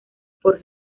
por